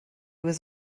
was